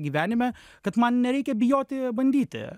gyvenime kad man nereikia bijoti bandyti